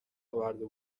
آورده